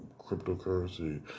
cryptocurrency